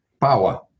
power